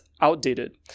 outdated